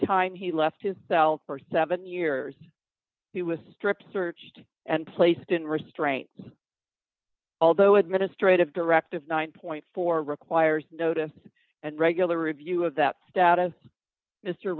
time he left his cell for seven years he was strip searched and placed in restraints although administrative directive nine four requires notice and regular review of that status mr